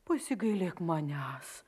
pasigailėk manęs